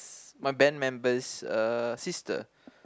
my band member's uh sister